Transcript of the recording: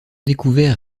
découvert